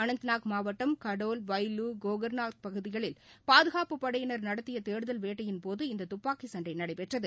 அனந்தநாக் மாவட்டம் கடோல் வய்யிலு கோக்நாக் பகுதியில் பாதுகாப்புப் படையினர் நடத்தியதேடுதல் வேட்டையின்போது இந்ததுப்பாக்கிசண்டைநடைபெற்றது